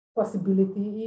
possibility